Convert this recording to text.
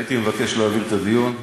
הייתי מבקש להעביר את הנושא.